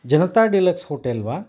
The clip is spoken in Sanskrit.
जनता डीलक्स् होटल् वा